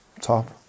top